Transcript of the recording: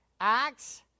acts